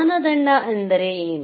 ಮಾನದಂಡ ಎಂದರೇನು